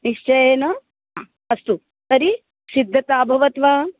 निश्चयेन अस्तु तर्हि सिद्धता अभवत् वा